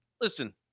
listen